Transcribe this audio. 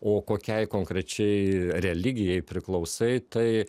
o kokiai konkrečiai religijai priklausai tai